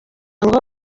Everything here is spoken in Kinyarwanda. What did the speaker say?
ngo